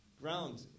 ground